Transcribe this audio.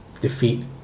defeat